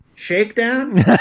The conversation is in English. Shakedown